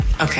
Okay